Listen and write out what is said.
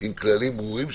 עם כללים ברורים,